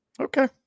Okay